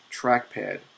trackpad